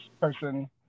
person